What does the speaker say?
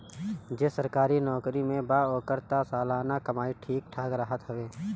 जे सरकारी नोकरी में बा ओकर तअ सलाना कमाई ठीक ठाक रहत हवे